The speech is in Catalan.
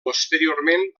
posteriorment